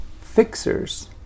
fixers